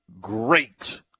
great